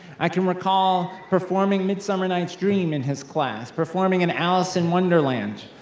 i can recall performing midsummer night's dream in his class, performing in alice in wonderland.